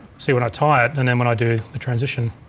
see when i tie it and then when i do the transition.